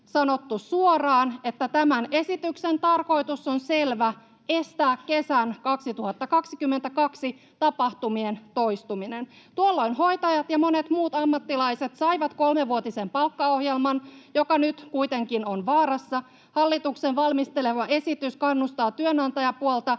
sanottu suoraan, että tämän esityksen tarkoitus on selvä: estää kesän 2022 tapahtumien toistuminen. Tuolloin hoitajat ja monet muut ammattilaiset saivat kolmevuotisen palkkaohjelman, joka nyt kuitenkin on vaarassa. Hallituksen valmistelema esitys kannustaa työnantajapuolta